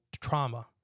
trauma